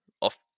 off